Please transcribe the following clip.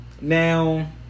Now